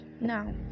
Now